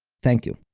thank you.